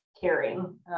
caring